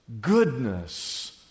goodness